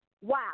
wow